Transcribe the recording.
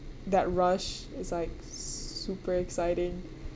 that rush it's like super exciting